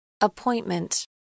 Appointment